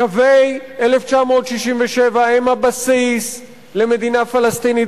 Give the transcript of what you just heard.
קווי 1967 הם הבסיס למדינה פלסטינית,